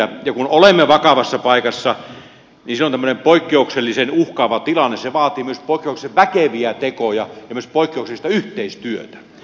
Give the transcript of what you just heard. kun olemme vakavassa paikassa niin se tämmöinen poikkeuksellisen uhkaava tilanne vaatii myös poikkeuksellisen väkeviä tekoja ja myös poikkeuksellista yhteistyötä